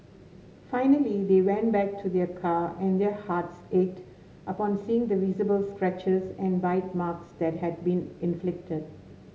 finally they went back to their car and their hearts ached upon seeing the visible scratches and bite marks that had been inflicted